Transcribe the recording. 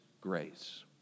grace